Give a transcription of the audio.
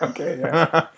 Okay